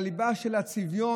בליבו של הצביון,